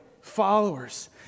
followers